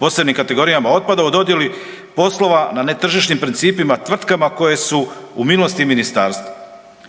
posebnih kategorijama otpada u dodjeli poslova na netržišnim principima tvrtkama koje su u milosti ministarstva.